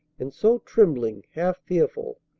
and so, trembling, half fearful,